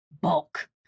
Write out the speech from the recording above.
bulk